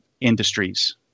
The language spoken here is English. industries